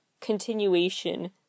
continuation